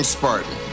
Spartan